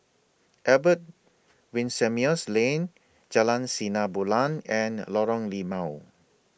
Albert Winsemius Lane Jalan Sinar Bulan and Lorong Limau